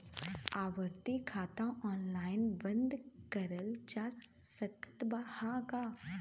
आवर्ती खाता ऑनलाइन बन्द करल जा सकत ह का?